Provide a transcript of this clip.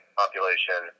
population